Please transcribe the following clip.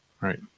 right